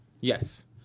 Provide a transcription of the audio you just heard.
yes